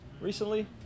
recently